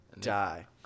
die